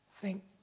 Thank